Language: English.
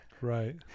Right